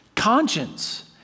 conscience